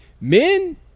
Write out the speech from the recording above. men